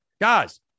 Guys